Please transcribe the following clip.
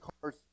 cars